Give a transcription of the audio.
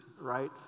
right